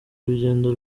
urugendo